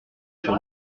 sur